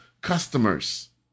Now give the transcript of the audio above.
customers